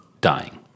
dying